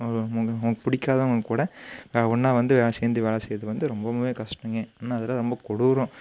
உனக்கு பிடிக்காதவுங்க கூட ஒன்றா வந்து வேலை சேர்ந்து வேலை செய்வது வந்து ரொம்பவுமே கஷ்டங்க இன்னும் அதெலாம் ரொம்ப கொடூரம்